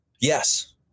yes